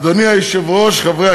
אדוני היושב-ראש, חברי